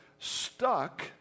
Stuck